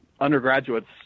undergraduates